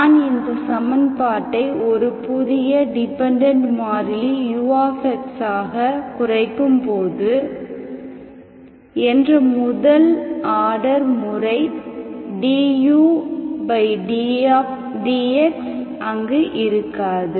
நான் இந்த சமன்பாட்டை ஒரு புதிய டிபெண்டெண்ட் மாறிலி u ஆககுறைக்கும்போது என்ற முதல் ஆர்டர் முறை dudx அங்கு இருக்காது